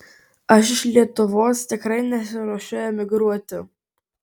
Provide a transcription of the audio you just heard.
aš iš lietuvos tikrai nesiruošiu emigruoti